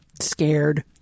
scared